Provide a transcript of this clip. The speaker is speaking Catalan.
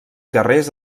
guerrers